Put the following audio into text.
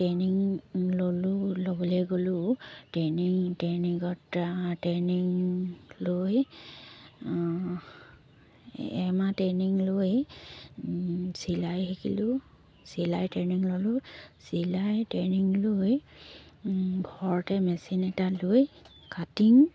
training ল'লোঁ ল'বলৈ গ'লোঁ ট্ৰেইনিং ট্ৰেইনিঙত ট্ৰেইনিং লৈ এমাহ ট্ৰেইনিং লৈ চিলাই শিকিলোঁ চিলাই ট্ৰেইনিং ল'লোঁ চিলাই ট্ৰেইনিং লৈ ঘৰতে মেচিন এটা লৈ কাটিং